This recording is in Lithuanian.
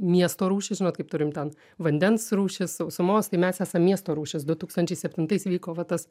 miesto rūšys žinot kaip turim ten vandens rūšys sausumos tai mes esam miesto rūšis du tūkstančiai septintais vyko va tas